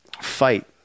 fight